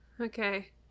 Okay